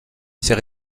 ces